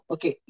Okay